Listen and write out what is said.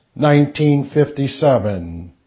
1957